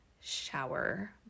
shower